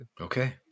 okay